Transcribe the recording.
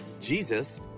Jesus